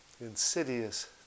insidious